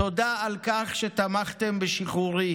תודה על כך שתמכתם בשחרורי,